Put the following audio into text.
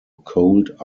cold